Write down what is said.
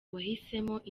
wahisemo